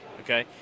okay